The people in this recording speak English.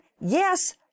yes